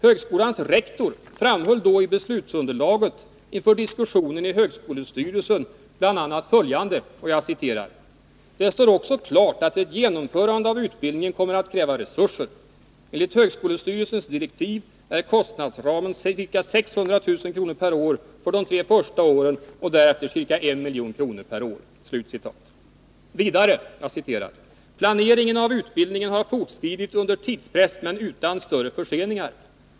Högskolans rektor framhöll i beslutsunderlaget inför diskussionen i högskolestyrelsen bl.a. följande: ”Det står också klart att ett genomförande av utbildningen kommer att kräva resurser. Enligt högskolestyrelsens direktiv är kostnadsramen ca 600 000 kr. per år för de tre första åren och därefter ca 1 milj.kr. per Mu. Han säger vidare: ”Planeringen av utbildningen har fortskridit under tidspress men utan större förseningar.